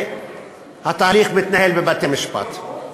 והתהליך מתנהל בבתי-משפט.